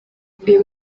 uyu